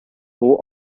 all